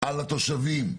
על התושבים.